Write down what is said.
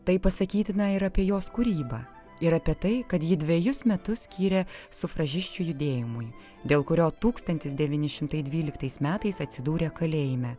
tai pasakytina ir apie jos kūrybą ir apie tai kad ji dvejus metus skyrė sufražisčių judėjimui dėl kurio tūkstantis devyni šimtai dvyliktais metais atsidūrė kalėjime